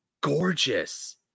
gorgeous